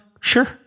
Sure